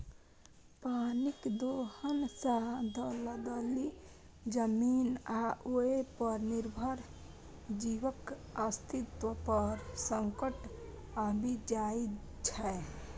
पानिक दोहन सं दलदली जमीन आ ओय पर निर्भर जीवक अस्तित्व पर संकट आबि जाइ छै